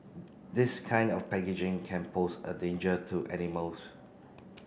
this kind of packaging can pose a danger to animals